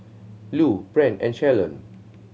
Lue Brent and Shalon